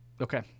okay